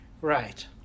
Right